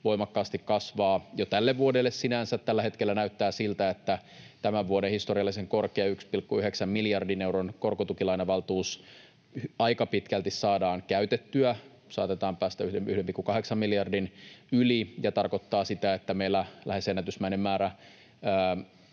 voimakkaasti kasvaa jo tälle vuodelle sinänsä. Tällä hetkellä näyttää siltä, että tämän vuoden historiallisen korkea 1,9 miljardin euron korkotukilainavaltuus saadaan käytettyä aika pitkälti. Saatetaan päästä 1,8 miljardin yli, mikä tarkoittaa sitä, että meillä syntyy lähes ennätysmäinen määrä